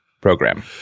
program